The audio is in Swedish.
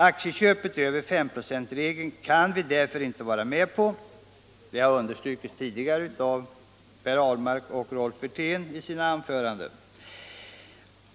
Aktieköp utöver 5 26 kan vi därför inte vara med på. Det har Per Ahlmark och Rolf Wirtén tidigare understrukit i sina anföranden.